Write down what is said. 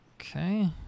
Okay